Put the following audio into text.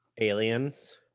aliens